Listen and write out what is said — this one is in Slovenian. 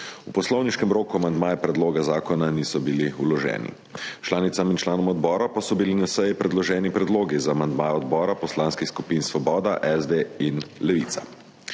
V poslovniškem roku amandmaji k predlogu zakona niso bili vloženi, članicam in članom odbora pa so bili na seji predloženi predlogi za amandmaje odbora poslanskih skupin Svoboda, SD in Levica.